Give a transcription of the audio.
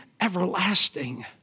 everlasting